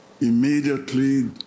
immediately